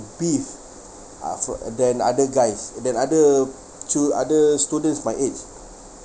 beef uh from uh than other guys than other child~ other students my age